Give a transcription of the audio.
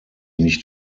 nicht